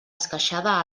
esqueixada